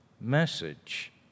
message